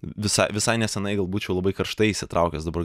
visai visai neseniai gal būčiau labai karštai įsitraukęs dabar